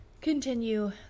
continue